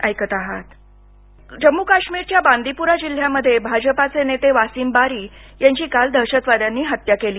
जम्म काश्मीर जम्मू काश्मीरच्या बांदीपुरा जिल्ह्यामध्ये भाजपाचे नेते वासिम बारी यांची काल दहशतवाद्यांनी हत्या केली